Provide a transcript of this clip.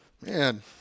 Man